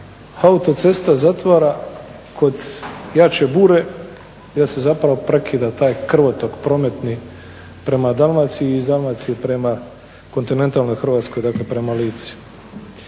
autocesta zatvara kod jače bure i da se zapravo prekida taj krvotok prometni prema Dalmaciji i iz Dalmacije prema kontinentalnoj Hrvatskoj, dakle prema Lici.